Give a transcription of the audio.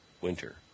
winter